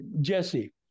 jesse